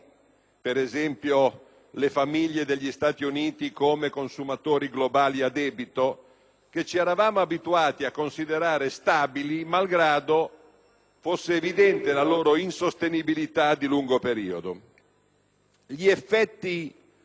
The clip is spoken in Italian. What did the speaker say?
ad esempio le famiglie degli Stati Uniti come consumatori globali a debito, che ci eravamo abituati a considerare stabili malgrado fosse evidente la loro insostenibilità di lungo periodo.